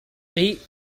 eight